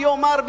ויאמר,